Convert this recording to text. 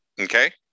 okay